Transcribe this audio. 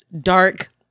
dark